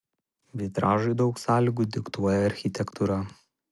vitražui daug sąlygų diktuoja architektūra